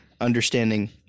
understanding